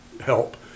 help